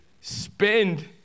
spend